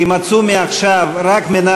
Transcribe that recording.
יימצאו מעכשיו רק,